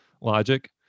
logic